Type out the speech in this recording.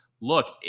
Look